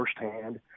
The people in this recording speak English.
firsthand